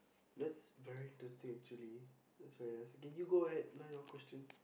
that's very interesting actually that's very nice okay you go ahead now your question